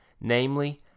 namely